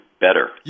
better